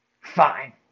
fine